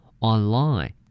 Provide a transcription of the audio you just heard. online